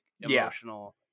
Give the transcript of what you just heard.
emotional